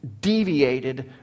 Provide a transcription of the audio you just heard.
deviated